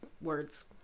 words